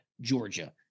Georgia